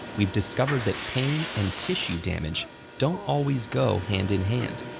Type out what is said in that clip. we've discovered that pain and tissue damage don't always go hand in hand,